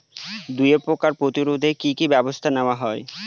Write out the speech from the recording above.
দুয়ে পোকার প্রতিরোধে কি কি ব্যাবস্থা নেওয়া হয়?